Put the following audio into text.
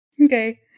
Okay